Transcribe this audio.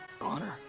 Honor